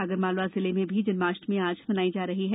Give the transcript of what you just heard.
आगरमालवा जिले में भी जन्माष्टमी आज मनाई जा रही है